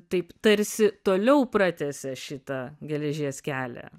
taip tarsi toliau pratęsia šitą geležies kelią